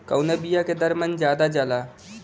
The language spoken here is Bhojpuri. कवने बिया के दर मन ज्यादा जाला?